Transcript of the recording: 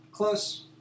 Close